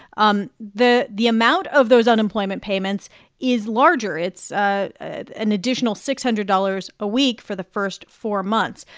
um the the amount of those unemployment payments is larger. it's ah an additional six hundred dollars a week for the first four months.